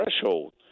threshold